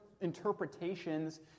interpretations